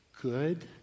good